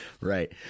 right